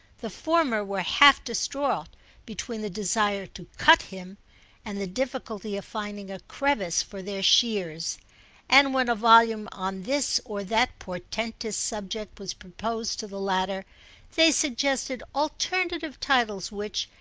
the former were half-distraught between the desire to cut him and the difficulty of finding a crevice for their shears and when a volume on this or that portentous subject was proposed to the latter they suggested alternative titles which,